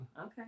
Okay